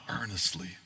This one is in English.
earnestly